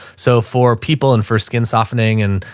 so for people and for skin softening and